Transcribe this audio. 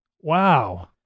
Wow